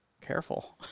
careful